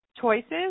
choices